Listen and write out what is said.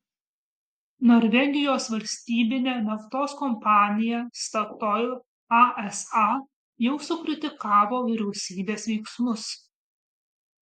norvegijos valstybinė naftos kompanija statoil asa jau sukritikavo vyriausybės veiksmus